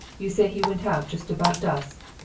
you say he went out just about dusk.